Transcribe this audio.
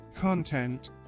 content